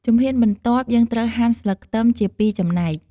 ជំហានបន្ទាប់ យើងត្រូវហាន់ស្លឹកខ្ទឹមជាពីរចំណែក។